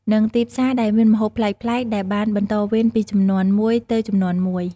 និងទីផ្សារដែលមានម្ហូបប្លែកៗ ដែលបានបន្តវេនពីជំនាន់មួយទៅជំនាន់មួយ។